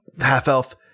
half-elf